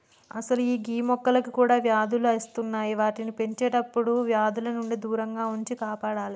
అసలు గీ మొక్కలకి కూడా వ్యాధులు అస్తున్నాయి వాటిని పెంచేటప్పుడు వ్యాధుల నుండి దూరంగా ఉంచి కాపాడాలి